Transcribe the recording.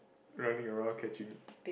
running around catching